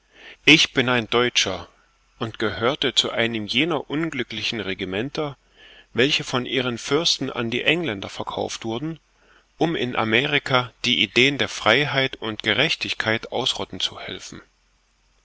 ich bin ein deutscher und gehörte zu einem jener unglücklichen regimenter welche von ihren fürsten an die engländer verkauft wurden um in amerika die ideen der freiheit und gerechtigkeit ausrotten zu helfen